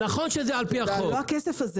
מאיפה הכסף הזה?